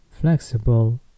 flexible